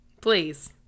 Please